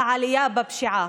על העלייה בפשיעה.